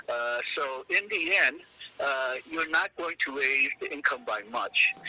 so in the end you are not going to raise income by much,